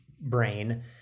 brain